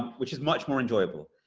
which is much more enjoyable.